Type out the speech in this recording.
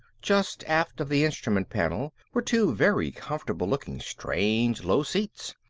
just aft of the instrument panel were two very comfortable-looking strange low seats.